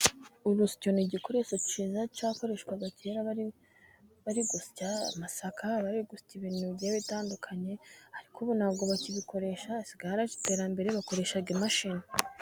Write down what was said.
Urusyo ni igikoresho cyiza cyakoreshwaga kera bari gusya amasaka, bari gusya ibintu bigiye bitandukanye, ariko ubu ntabwo bakibikoresha, hasigaye haraje iterambere, bakoresha imashini.